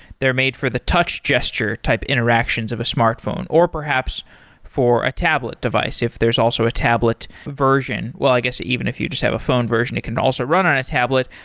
they're made for the touch gesture type interactions of a smartphone, or perhaps for a tablet device if there's also a tablet version. well, i guess even if you just have a phone version, it can also run on a tablet.